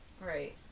Right